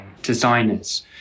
designers